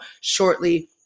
shortly